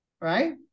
Right